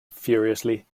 furiously